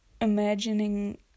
imagining